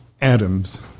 atoms